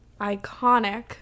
iconic